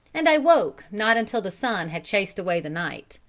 and i woke not until the sun had chased away the night.